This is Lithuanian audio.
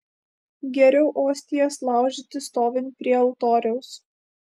geriau ostijas laužyti stovint prie altoriaus